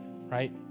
right